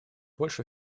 больше